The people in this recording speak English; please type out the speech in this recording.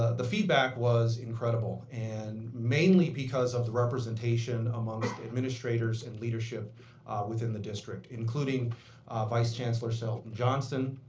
ah the feedback was incredible and mainly because of the representation amongst administrators and leadership within the district, including vice chancellor shelton johnston,